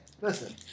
listen